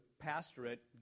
pastorate